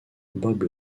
bob